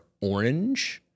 orange